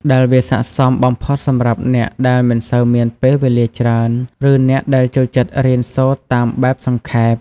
ដែលវាស័ក្តិសមបំផុតសម្រាប់អ្នកដែលមិនសូវមានពេលវេលាច្រើន ឬអ្នកដែលចូលចិត្តរៀនសូត្រតាមបែបសង្ខេប។